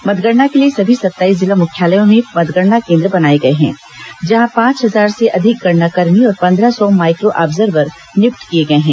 मतगणना के लिए सभी सत्ताईस जिला मुख्यालयों में मतगणना केन्द्र बनाए गए हैं जहां पांच हजार से अधिक गणनाकर्मी और पन्द्रह सौ माइक्रो आर्ब्जवर नियुक्त किए गए हैं